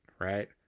right